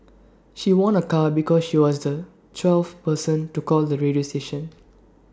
she won A car because she was the twelfth person to call the radio station